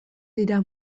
dira